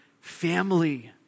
family